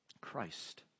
christ